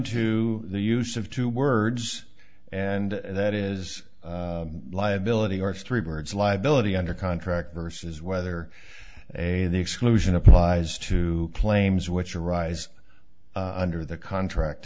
to the use of two words and that is liability or three words liability under contract versus whether a the exclusion applies to claims which arise under the contract